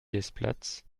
desplats